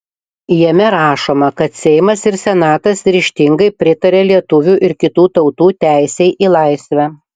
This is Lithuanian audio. jame rašoma kad seimas ir senatas ryžtingai pritaria lietuvių ir kitų tautų teisei į laisvę